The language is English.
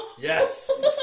Yes